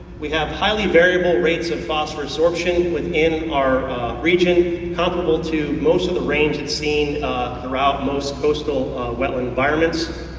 we have highly variable rates of phosphorous sorption within our region, comparable to most of the rains it's and seen throughout most coastal wetland environments.